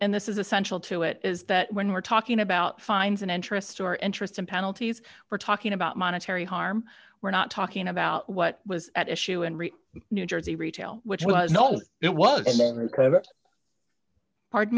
and this is essential to it is that when we're talking about fines and interest or interest and penalties we're talking about monetary harm we're not talking about what was at issue and new jersey retail which was no it was